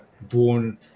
born